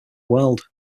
world